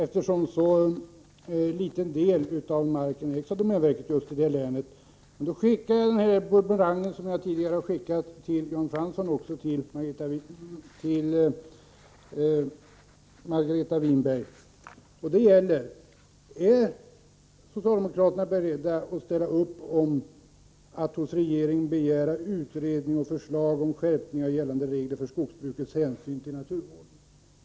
Fru talman! Detta är naturligtvis riktigt, eftersom så liten del av marken ägs av domänverket just i det länet. Men då skickar jag den bumerang som jag tidigare har skickat till Jan Fransson också till Margareta Winberg: Är socialdemokraterna beredda att ställa upp för att hos regeringen begära utredning och förslag om skärpning av gällande regler för skogsbrukets hänsyn till naturvården?